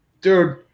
Dude